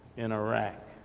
in iraq,